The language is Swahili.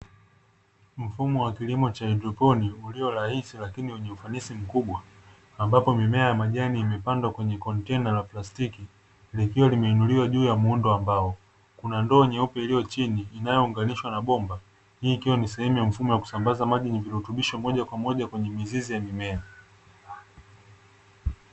Mfumo wa kilimo cha lhydroponi ulio rais lakini wenye ufanisi mkubwa, ambapo mimea ya majani imepandwa kwenye contana la plastiki likiwa limeinuliwa juu ya muundo, ambao kuna ndoo nyeupe iliyo chini inayounganishwa na bomba hii ikiwa ni sehemu ya mfumo ya kusambaza maji ni virutubisho moja kwa moja kwenye mizizi ya mimea.